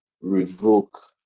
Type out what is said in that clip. revoke